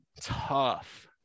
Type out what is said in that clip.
Tough